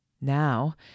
Now